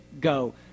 go